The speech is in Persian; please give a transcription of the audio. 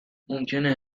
ممکنه